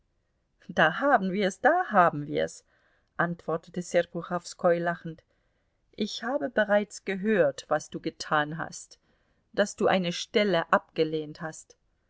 du haben wir's da haben wir's antwortete serpuchowskoi lachend ich habe bereits gehört was du getan hast daß du eine stelle abgelehnt hast